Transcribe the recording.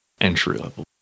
entry-level